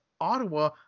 Ottawa